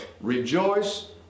rejoice